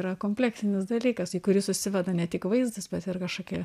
yra kompleksinis dalykas į kurį susiveda ne tik vaizdas bet ir kažkokie